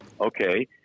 okay